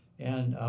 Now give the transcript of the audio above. and